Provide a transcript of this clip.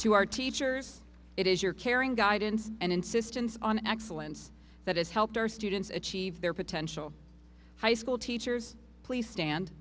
to our teachers it is your caring guidance and insistence on excellence that has helped our students achieve their potential high school teachers please stand